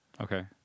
Okay